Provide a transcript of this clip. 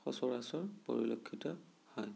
সচৰাচৰ পৰিলক্ষিত হয়